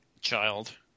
Child